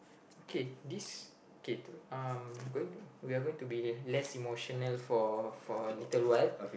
okay this okay um going we are going to be less emotional for for a little while